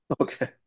Okay